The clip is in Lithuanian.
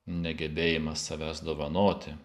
negebėjimas savęs dovanoti